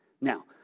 Now